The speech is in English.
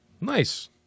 Nice